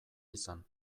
izan